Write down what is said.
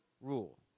rule